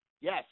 Yes